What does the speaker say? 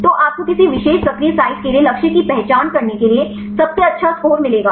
तो आपको किसी विशेष सक्रिय साइट के लिए लक्ष्य की पहचान करने के लिए सबसे अच्छा स्कोर मिलेगा